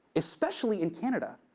especially in canada,